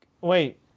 Wait